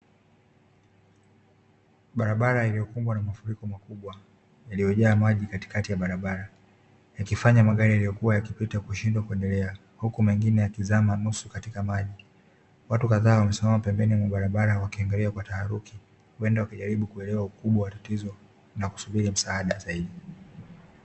Barabara iliyokumbwa na mafuriko makubwa, iliyojaa maji katikati ya barabara, yakifanya magari yaliyokuwa yakipita kushindwa kuendelea huku mengine yakizama nusu katika maji. Watu kadhaa wamesimama pembeni mwa barabara wakiangalia kwa taharuki, huenda wakijaribu kuelewa ukubwa wa tatizo na kusubiri msaada zaidi.